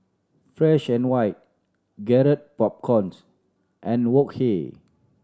Fresh and White Garrett Popcorns and Wok Hey